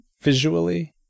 visually